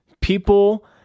people